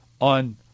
on